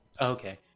okay